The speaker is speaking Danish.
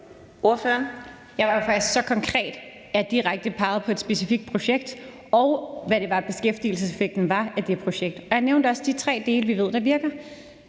Jeg var faktisk så konkret, at jeg direkte pegede på et specifikt projekt, og hvad det var, der var beskæftigelseseffekten af det projekt, og jeg nævnte også de tre dele, vi ved der virker.